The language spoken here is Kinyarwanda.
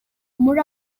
muri